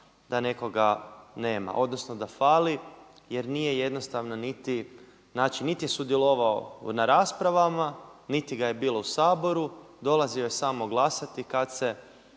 da nekoga nema, odnosno da fali jer nije jednostavno niti sudjelovao na raspravama niti ga je bilo u Saboru, dolazio je samo glasati kad se